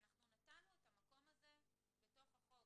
אנחנו נתנו את המקום הזה בתוך החוק.